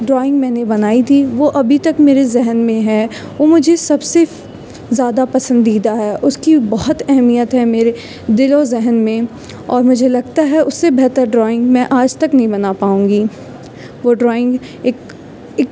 drawing میں نے بنائی تھی وہ ابھی تک میرے ذہن میں ہے وہ مجھے سب سے زیادہ پسندیدہ ہے اس کی بہت اہمیت ہے میرے دل و ذہن میں اور مجھے لگتا ہے اس سے بہتر ڈرائنگ میں آج تک نہیں بنا پاؤں گی وہ ڈرائنگ ایک ایک